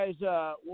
guys